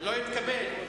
לא נתקבלו.